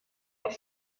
auch